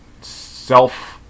self